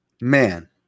Man